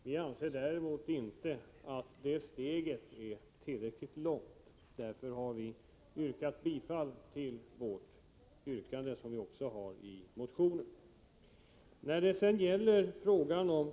Vpk anser emellertid inte att steget är tillräckligt långt, och därför har vi yrkat bifall till vårt yrkande, som återfinns i motionen.